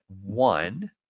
one